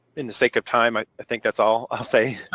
in the sake of time, i think that's all i'll say.